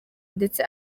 ndetse